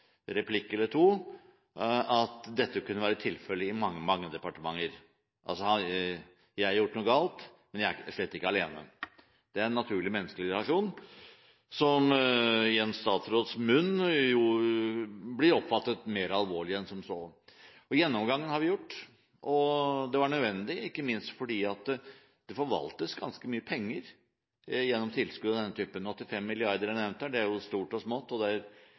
to hevdet at dette kunne være tilfellet i mange, mange departementer – jeg har gjort noe galt, men jeg er slett ikke alene. Det er en naturlig menneskelig reaksjon, som i en statsråds munn jo blir oppfattet mer alvorlig enn som så. Gjennomgangen har vi foretatt. Det var nødvendig, ikke minst fordi det forvaltes ganske mye penger gjennom tilskudd av denne typen. 85 mrd. kr er nevnt her. Det er stort og smått – det er